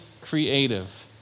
creative